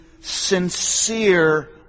sincere